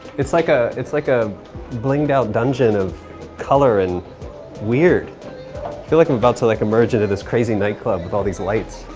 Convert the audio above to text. it's like ah it's like a bling-ed out dungeon of color and weird. i feel like i'm about to like emerge into this crazy nightclub with all these lights.